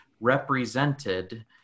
represented